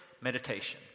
meditation